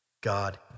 God